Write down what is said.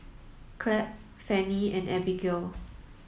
Clabe Fannie and Abigale